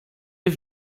czy